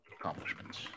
accomplishments